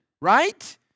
right